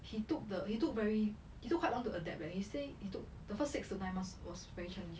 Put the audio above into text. he took the he took very he took quite long to adapt leh he say he took the first six to nine months was very challenging